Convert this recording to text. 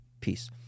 Peace